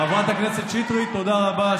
חברת הכנסת שטרית, תודה רבה.